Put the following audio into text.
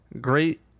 great